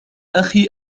أخي